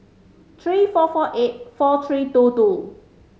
three four four eight four three two two